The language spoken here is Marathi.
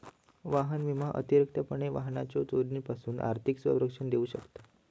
वाहन विमा अतिरिक्तपणे वाहनाच्यो चोरीपासून आर्थिक संरक्षण देऊ शकता